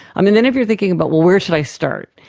um and then if you are thinking about, well, where should i start,